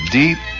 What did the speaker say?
deep